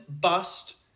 bust